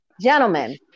Gentlemen